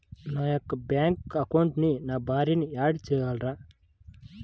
నా యొక్క బ్యాంక్ అకౌంట్కి నా భార్యని యాడ్ చేయగలరా?